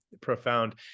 profound